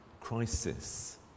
crisis